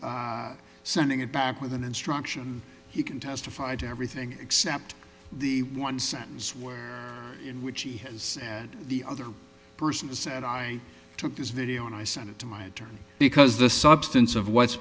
sending it back with an instruction he can testify to everything except the one sentence where in which he has the other person's and i took this video and i sent it to my attorney because the substance of what's